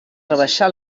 rebaixar